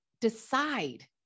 decide